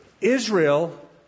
Israel